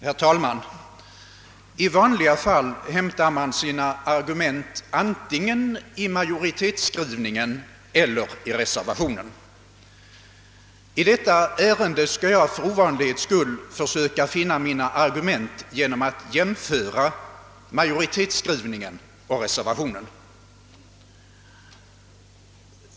Herr talman! I vanliga fall hämtar man sina argument antingen i majoritetsskrivningen eller i reservationen. I detta ärende skall jag för ovanlighetens skull försöka finna mina argument genom att jämföra majoritetsskrivningen och reservationen.